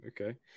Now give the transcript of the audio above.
Okay